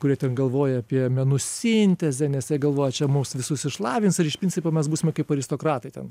kur jie ten galvoja apie menų sintezę nes jie galvoja čia mus visus išlavins ir iš principo mes būsime kaip aristokratai ten